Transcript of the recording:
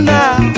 now